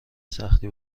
سختی